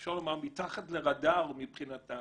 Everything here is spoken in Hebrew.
אפשר לומר מתחת לרדאר מבחינת הסטטיסטיקה.